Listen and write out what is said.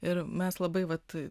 ir mes labai vat